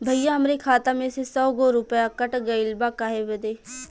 भईया हमरे खाता मे से सौ गो रूपया कट गइल बा काहे बदे?